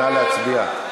נא להצביע.